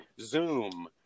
Zoom